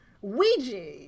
Ouija